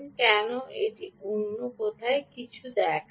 কেন এটি এখানে অন্য কিছু দেখায়